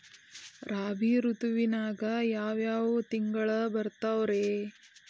ರಾಬಿ ಋತುವಿನಾಗ ಯಾವ್ ಯಾವ್ ತಿಂಗಳು ಬರ್ತಾವ್ ರೇ?